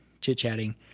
chit-chatting